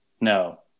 No